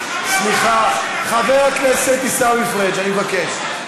סליחה, חבר הכנסת עיסאווי פריג', אני מבקש.